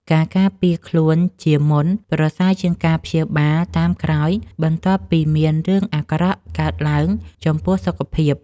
ការការពារខ្លួនជាមុនប្រសើរជាងការព្យាបាលតាមក្រោយបន្ទាប់ពីមានរឿងអាក្រក់កើតឡើងចំពោះសុខភាព។